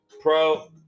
pro